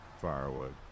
firewood